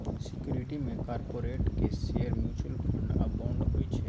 security मे कारपोरेटक share, mutual fund आ बांड होइ छै